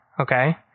okay